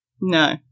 No